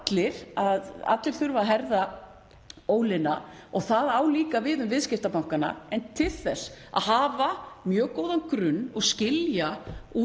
allir að herða ólina og það á líka við um viðskiptabankana. En til þess að hafa mjög góðan grunn og skilja